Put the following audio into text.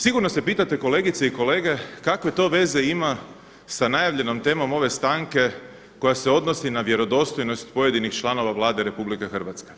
Sigurno se pitate kolegice i kolege, kakve to veze ima sa najavljenom temom ove stanke koja se odnosi na vjerodostojnost pojedinih članova Vlade RH.